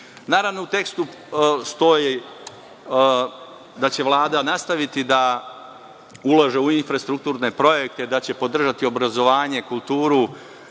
Naravno, u tekstu stoji da će Vlada nastaviti da ulaže u infrastrukturne projekte, da će podržati obrazovanje, kulturu,